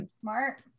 Smart